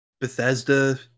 Bethesda